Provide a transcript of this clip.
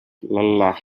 lelah